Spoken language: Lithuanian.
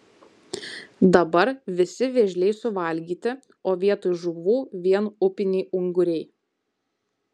dabar visi vėžliai suvalgyti o vietoj žuvų vien upiniai unguriai